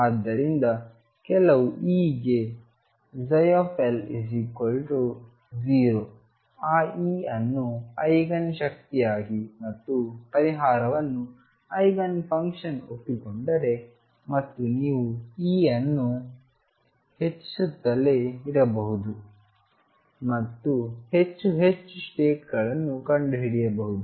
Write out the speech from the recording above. ಆದ್ದರಿಂದ ಕೆಲವು E ಗೆ L0 ಆ E ಅನ್ನು ಐಗನ್ ಶಕ್ತಿಯಾಗಿ ಮತ್ತು ಪರಿಹಾರವನ್ನು ಐಗನ್ ಫಂಕ್ಷನ್ಎಂದು ಒಪ್ಪಿಕೊಂಡರೆ ಮತ್ತು ನೀವು E ಅನ್ನು ಹೆಚ್ಚಿಸುತ್ತಲೇ ಇರಬಹುದು ಮತ್ತು ಹೆಚ್ಚು ಹೆಚ್ಚು ಸ್ಟೇಟ್ ಗಳನ್ನು ಕಂಡುಹಿಡಿಯಬಹುದು